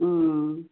অঁ